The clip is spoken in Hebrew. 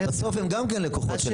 בסוף הם גם לקוחות של הכללית.